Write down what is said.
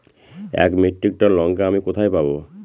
এক metric ton লঙ্কা আমি কোথায় পাবো?